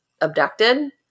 abducted